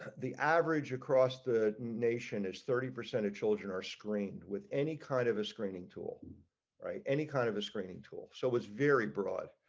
the average across the nation is thirty percent of children are screened with any kind of a screening tool write any kind of a screening tool so it's very broad.